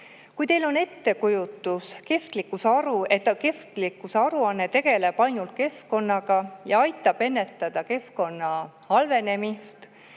teil on ettekujutus, et kestlikkusaruanne tegeleb ainult keskkonnaga ja aitab ennetada keskkonna halvenemist,